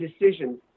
decision